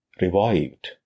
revived